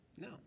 No